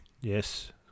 yes